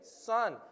son